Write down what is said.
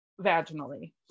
vaginally